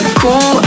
cool